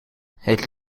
het